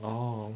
oh